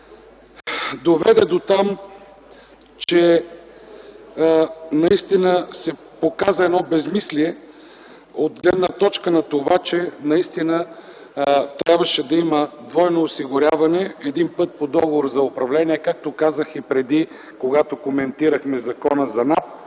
доведе дотам, че се показа едно безсмислие от гледна точка на това, че наистина трябваше да има двойно осигуряване – един път по договор за управление, както казах и преди, когато коментирахме Закона за НАП,